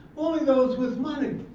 only those with money!